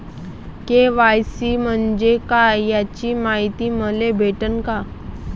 KYC म्हंजे काय याची मायती मले भेटन का?